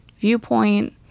viewpoint